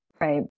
right